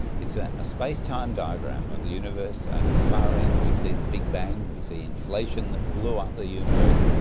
it's a ah space-time diagram of the universe. at the far end we see the big bang, we see inflation that blew up the universe,